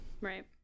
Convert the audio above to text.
Right